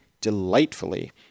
delightfully